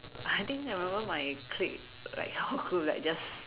I think I remember my clique like whole group like just